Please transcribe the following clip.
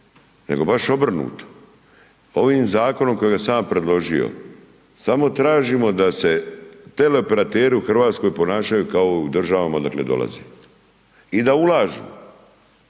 nego baš obrnuto. Ovim zakonom kojega sam ja predložio samo tražimo da se teleoperateri u Hrvatskoj ponašaju kao u državama odakle dolaze. I da ulažu